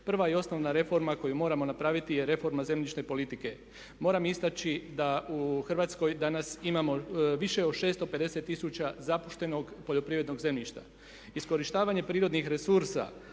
Prva i osnovna reforma koju moramo napraviti je reforma zemljišne politike. Moram istaći da u Hrvatskoj danas imamo više od 650 tisuća zapuštenog poljoprivrednog zemljišta. Iskorištavanje prirodnih resursa